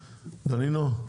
דנינו?